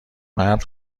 مرد